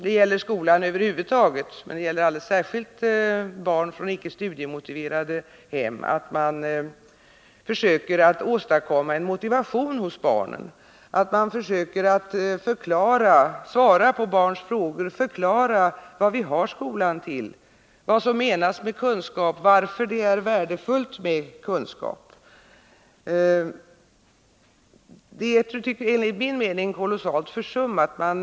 Det gäller i skolan över huvud taget, men alldeles särskilt beträffande barn från icke studiemotiverade hem, att det är nödvändigt att man försöker åstadkomma en motivation hos barnen, att man försöker svara på barns frågor och förklara vad vi har skolan till, vad som menas med kunskap och varför det är värdefullt med kunskap. Det är enligt min mening kolossalt försummade områden.